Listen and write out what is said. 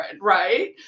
right